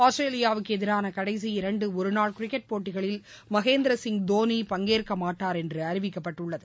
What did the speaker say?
ஆஸ்திரேலியாவுக்கு எதிரான கடைசி இரண்டு ஒரு நாள் கிரிக்கெட் போட்டிகளில் மகேந்திர சிங் தோனி பங்கேற்கமாட்டார் என்று அறிவிக்கப்பட்டுள்ளது